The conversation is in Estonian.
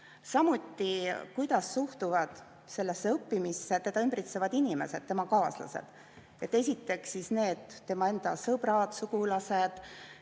samuti see, kuidas suhtuvad sellesse õppimisse teda ümbritsevad inimesed, tema kaaslased. Esiteks, tema enda sõbrad-sugulased,